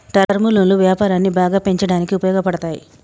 term లోన్లు వ్యాపారాన్ని బాగా పెంచడానికి ఉపయోగపడతాయి